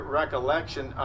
recollection